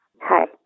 Hi